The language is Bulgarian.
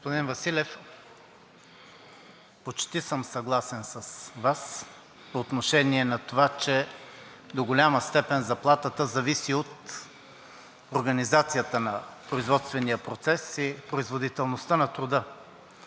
Господин Василев, почти съм съгласен с Вас по отношение на това, че до голяма степен заплатата зависи от организацията на производствения процес и производителността на труда.